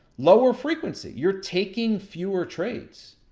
lower frequency you're taking fewer trades.